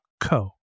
co